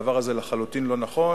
הדבר הזה לחלוטין לא נכון,